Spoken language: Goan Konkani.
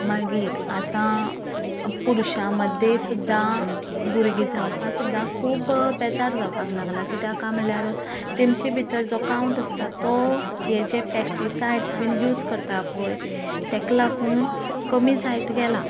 मागीर आतां पुरूशा मदें सुद्दां भुरगीं जावपाक सुद्दां खुब बेजार जावपाक लागला कित्याक काय म्हणल्यार तेमची भितर जो कावंट आसता तो हे जे पॅश्टिसायड्स बी यूज करता पळय ताका लागून कमीं जायत गेला